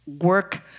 work